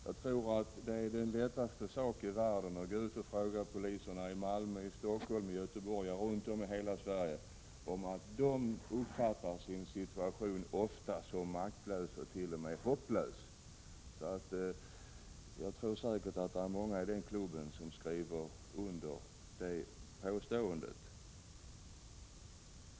Det är den lättaste sak i världen att gå ut och fråga poliserna i Malmö, Stockholm, Göteborg — ja, runt om i hela Sverige. De uppfattar ofta sin situation som maktlös, t.o.m. hopplös. Jag tror att det är många i den klubben som skriver under på det påståendet.